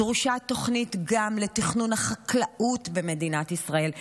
דרושה תוכנית גם לתכנון החקלאות במדינת ישראל,